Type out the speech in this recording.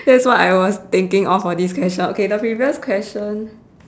that's what I was thinking of for this question okay the previous question